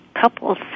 couples